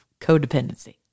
codependency